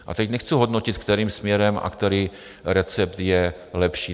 A teď nechci hodnotit, kterým směrem a který recept je lepší.